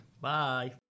Bye